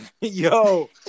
yo